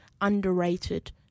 underrated